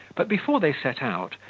but, before they set out,